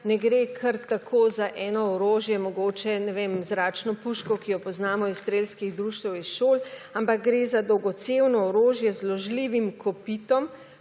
ne gre kar tako za eno orožje mogoče, ne vem, zračno puško, ki jo poznamo iz strelskih društev iz šol, ampak gre za dolgocevno orožje z zložljivim kopitom,